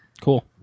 Cool